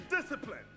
discipline